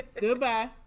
Goodbye